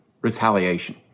Retaliation